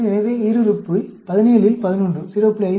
எனவே ஈருறுப்பு 17 இல் 11 0